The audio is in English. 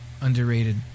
underrated